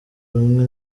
rumwe